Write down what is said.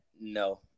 no